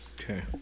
okay